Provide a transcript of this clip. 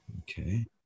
Okay